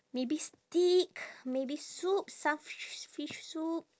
maybe steak maybe soup some fish fish soup